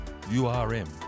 URM